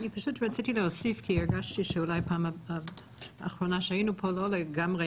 רציתי להוסיף כי הרגשתי שבפעם האחרונה שהיינו פה לא לגמרי